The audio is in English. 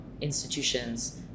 institutions